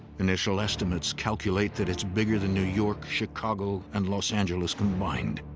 initial estimates calculate that it's bigger than new york, chicago, and los angeles combined.